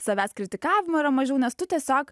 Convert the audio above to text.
savęs kritikavimo yra mažiau nes tu tiesiog